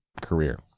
career